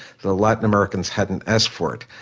the latin americans hadn't asked for it.